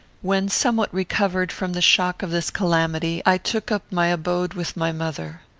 when somewhat recovered from the shock of this calamity, i took up my abode with my mother.